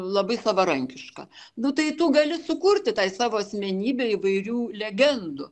labai savarankiška nu tai tu gali sukurti tai savo asmenybei įvairių legendų